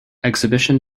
exhibition